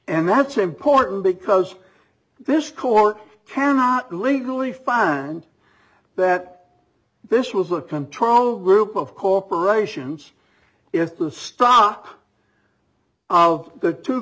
and that's important because this court cannot legally fire and that this was a control group of corporations is the stock of the two